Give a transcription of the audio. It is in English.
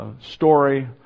story